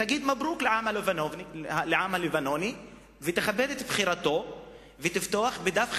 תגיד "מברוכ" לעם הלבנוני ותכבד את בחירתו ותפתח דף חדש,